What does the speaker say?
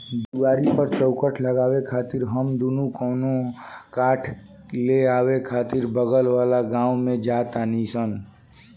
दुआरी पर चउखट लगावे खातिर हम दुनो कवनो काठ ले आवे खातिर बगल वाला गाँव में जा तानी सन